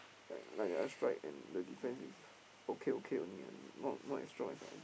like like ah strike and the defense is okay okay only and not not as strong as